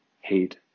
hate